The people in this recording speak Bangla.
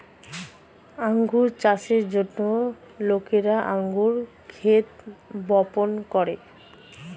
আঙ্গুর চাষের জন্য লোকেরা আঙ্গুর ক্ষেত বপন করে